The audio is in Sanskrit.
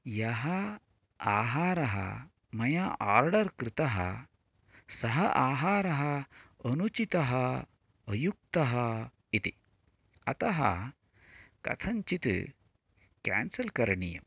यः आहारः मया आर्डर् कृतः सः आहारः अनुचितः अयुक्तः इति अतः कथञ्चित् कैन्सल् करणीयम्